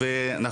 הכבוד.